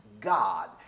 God